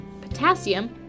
Potassium